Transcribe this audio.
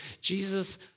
Jesus